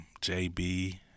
JB